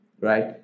right